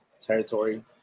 territory